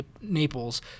Naples